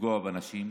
לפגוע בנשים,